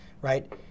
right